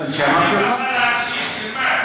יכולה להפעיל את הזמן.